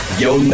yo